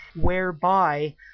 whereby